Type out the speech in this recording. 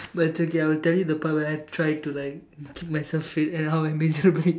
but it's okay I will tell you the part where I try to like keep myself fit and how I miserably